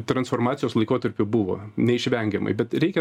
transformacijos laikotarpiu buvo neišvengiamai bet reikia